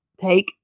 take